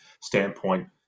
standpoint